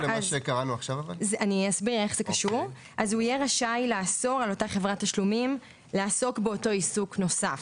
אז הוא יהיה רשאי לאסור על אותה חברת תשלומים לעסוק באותו עיסוק נוסף.